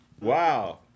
Wow